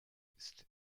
ist